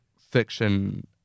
fiction